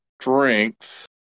strength